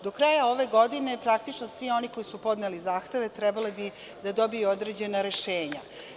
Do kraja ove godine praktično svi oni koji su podneli zahteve trebali bi da dobiju određena rešenja.